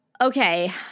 Okay